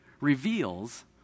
reveals